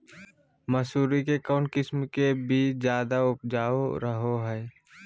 मसूरी के कौन किस्म के बीच ज्यादा उपजाऊ रहो हय?